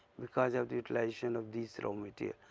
because of the utilization of these raw material.